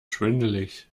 schwindelig